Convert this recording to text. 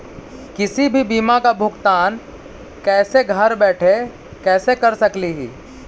किसी भी बीमा का भुगतान कैसे घर बैठे कैसे कर स्कली ही?